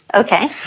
Okay